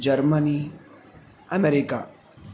Germany America